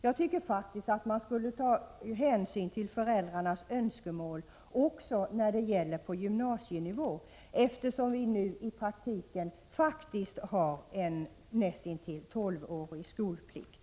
Jag anser faktiskt att man borde ta hänsyn till föräldrarnas önskemål också när det gäller utbildning på gymnasienivå, eftersom vi numera i praktiken har en näst intill tolvårig skolplikt.